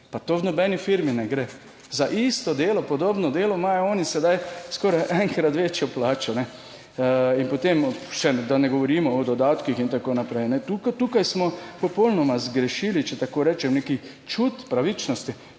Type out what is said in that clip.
pa to v nobeni firmi ne gre. Za isto delo, podobno delo imajo oni sedaj skoraj enkrat večjo plačo in potem še, da ne govorimo o dodatkih in tako naprej. Tukaj smo popolnoma zgrešili, če tako rečem, nek čut pravičnosti.